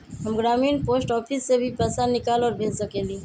हम ग्रामीण post office से भी पैसा निकाल और भेज सकेली?